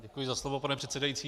Děkuji za slovo, pane předsedající.